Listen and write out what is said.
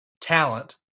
talent